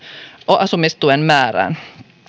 asumistuen määrään